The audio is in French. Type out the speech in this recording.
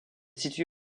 situé